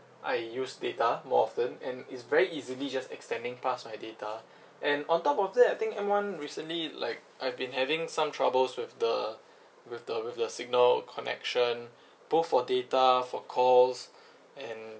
I use data more often and is very easily just extending past my data and on top of that I think M one recently like I've been having some troubles with the with the with the signal connection both for data for calls and